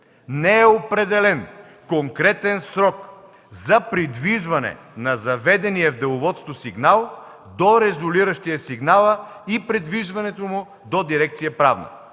Не е определен конкретен срок за придвижване на заведения в деловодството сигнал до резолиращия сигнала и придвижването му до дирекция „Правна”.